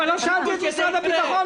אבל לא שאלתי את משרד הביטחון,